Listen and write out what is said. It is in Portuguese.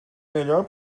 melhor